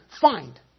find